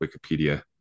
Wikipedia